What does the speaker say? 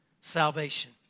salvation